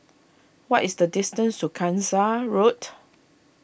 what is the distance to Gangsa Road